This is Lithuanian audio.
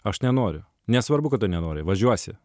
aš nenoriu nesvarbu kad tu nenori važiuosi